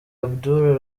abdul